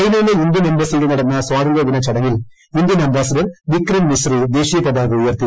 ചൈനയിലെ ഇന്ത്യൻ എംബസിയിൽ നടന്ന സ്വാതന്ത്രൃദിന ചടങ്ങിൽ ഇന്ത്യൻ അംബാസിഡർ വിക്രം മിസ്രി ദേശീയ പതാക ഉയർത്തി